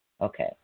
Okay